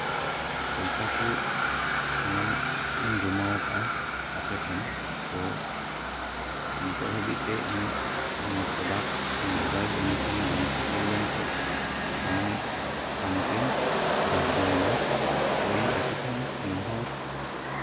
ᱯᱚᱭᱥᱟ ᱠᱚ ᱥᱟᱱᱟᱢ ᱤᱧ ᱡᱚᱢᱟ ᱟᱠᱟᱫᱼᱟ ᱟᱯᱮ ᱴᱷᱮᱱ ᱛᱳ ᱱᱤᱛᱚᱜ ᱦᱟᱹᱵᱤᱡᱛᱮ ᱤᱧᱟᱹᱜ ᱚᱱᱟ ᱯᱨᱚᱰᱟᱠᱴ ᱢᱳᱵᱟᱭᱤᱞ ᱤᱧ ᱴᱷᱮᱱ ᱵᱟᱝ ᱥᱮᱴᱮᱨᱱᱟ ᱟᱢ ᱯᱷᱳᱱ ᱛᱤᱧ ᱵᱟᱫᱽᱫᱷᱚᱭᱮᱱᱟ ᱤᱧ ᱟᱯᱮ ᱴᱷᱮᱱ ᱱᱮᱦᱚᱨ